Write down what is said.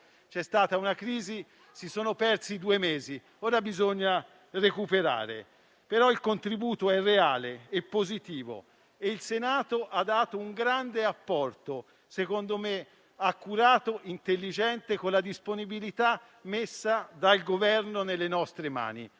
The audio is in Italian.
c'è stata una crisi, si sono persi due mesi e ora bisogna recuperare. Il contributo però è reale e positivo e il Senato ha dato - a mio avviso - un grande apporto, accurato e intelligente, con la disponibilità messa dal Governo nelle nostre mani.